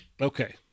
Okay